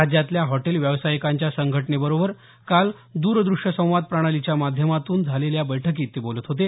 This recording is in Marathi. राज्यातल्या हॉटेल व्यावसायिकांच्या संघटनेबरोबर काल द्रदृश्य संवाद प्रणालीच्या माध्यमातून झालेल्या बैठकीत ते बोलत होते